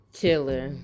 killer